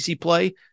play